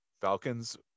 falcons